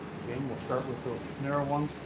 again, we'll start with the narrow one,